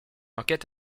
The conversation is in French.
enquête